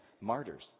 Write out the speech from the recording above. martyrs